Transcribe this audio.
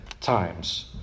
times